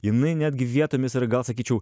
jinai netgi vietomis yra gal sakyčiau